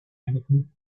anything